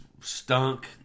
stunk